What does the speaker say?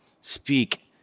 speak